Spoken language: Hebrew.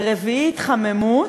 ברביעי התחממות,